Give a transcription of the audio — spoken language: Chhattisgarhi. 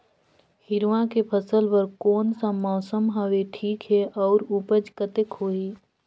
हिरवा के फसल बर कोन सा मौसम हवे ठीक हे अउर ऊपज कतेक होही?